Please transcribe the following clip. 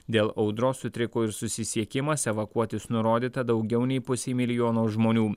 dėl audros sutriko ir susisiekimas evakuotis nurodyta daugiau nei pusei milijono žmonių